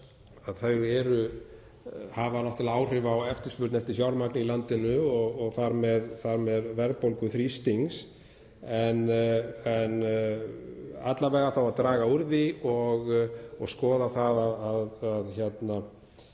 að þau hafa náttúrlega áhrif á eftirspurn eftir fjármagni í landinu og þar með verðbólguþrýsting. Alla vega þá að draga úr því og skoða það að reyna